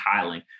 tiling